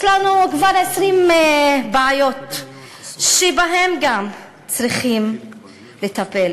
יש לנו כבר 20 בעיות שגם בהן צריכים לטפל.